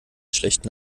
schlechten